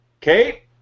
Kate